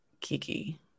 kiki